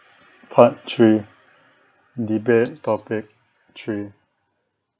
part three debate topic three